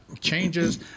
changes